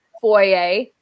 Foyer